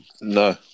No